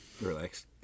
Relax